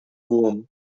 wurm